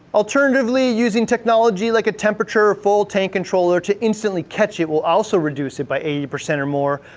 alternatively, using technology like a temperature or full tank controller to instantly catch it will also reduce it by eighty percent or more,